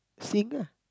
sing ah